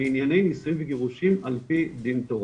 בענייני נישואין וגירושין עפ"י דין תורה,